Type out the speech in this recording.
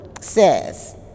says